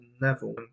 level